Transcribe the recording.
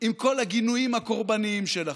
עם כל הגינויים הקורבניים שלכם.